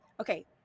Okay